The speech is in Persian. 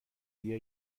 دیگه